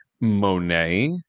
Monet